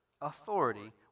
authority